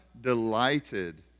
delighted